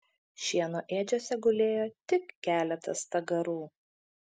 šieno ėdžiose gulėjo tik keletas stagarų